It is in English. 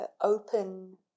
open